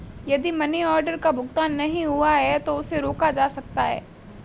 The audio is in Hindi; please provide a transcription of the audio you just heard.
यदि मनी आर्डर का भुगतान नहीं हुआ है तो उसे रोका जा सकता है